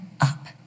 up